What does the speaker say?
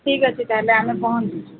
ଠିକ୍ ଅଛି ତାହାଲେ ଆମେ ପହଞ୍ଚୁଛୁ